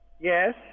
Yes